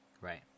Right